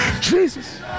Jesus